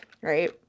Right